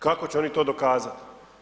Kako će oni to dokazati?